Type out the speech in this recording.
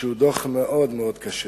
שהוא דוח מאוד-מאוד קשה,